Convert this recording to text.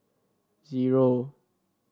zero